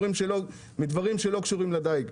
מדברים שלא קשורים לדיג.